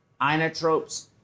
inotropes